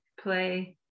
play